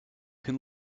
can